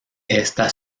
esta